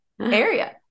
area